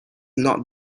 not